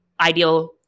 ideal